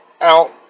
out